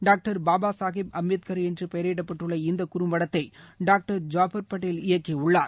doctor Baba Saheb Ambedkar என்று பெயரிடப்பட்டுள்ள இந்த குறும்படத்தை டாக்டர் ஜப்பார் பட்டேல் இயக்கி உள்ளார்